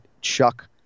Chuck